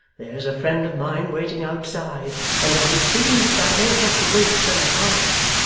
there's a friend of mine waiting outside, and as it seems that i may have to wait some time,